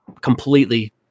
completely